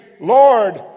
Lord